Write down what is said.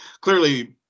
clearly